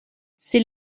c’est